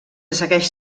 segueix